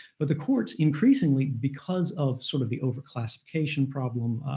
but the courts increasingly, because of sort of the overclassification problem,